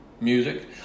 music